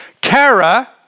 Kara